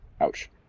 Ouch